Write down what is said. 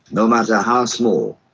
no matter how small.